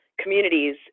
communities